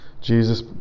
Jesus